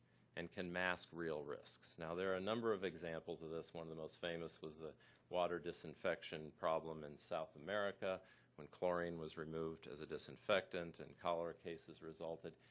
and mask real risks. now there are a number of examples of this, one of the most famous was the water disinfection problem in south america when chlorine was removed as a disinfectant and cholera cases resulted.